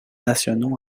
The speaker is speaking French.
nationaux